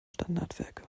standardwerke